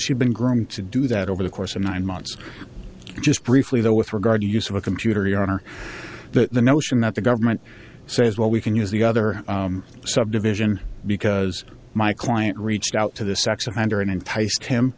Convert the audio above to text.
you've been groomed to do that over the course of nine months just briefly though with regard to use of a computer your honor that the notion that the government says well we can use the other subdivision because my client reached out to the sex offender and enticed him